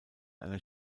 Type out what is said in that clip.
einer